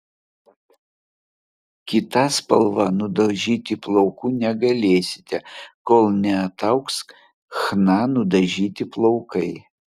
kita spalva nudažyti plaukų negalėsite kol neataugs chna nudažyti plaukai